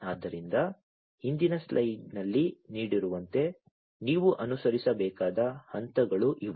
ಆದ್ದರಿಂದ ಹಿಂದಿನ ಸ್ಲೈಡ್ನಲ್ಲಿ ನೀಡಿರುವಂತೆ ನೀವು ಅನುಸರಿಸಬೇಕಾದ ಹಂತಗಳು ಇವು